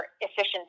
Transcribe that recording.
efficiency